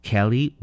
Kelly